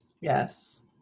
Yes